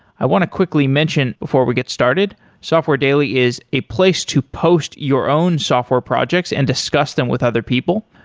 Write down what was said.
i want to quickly mention before we get started, software daily is a place to post your own software projects and discuss them with other people.